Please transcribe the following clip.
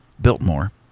Biltmore